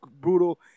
brutal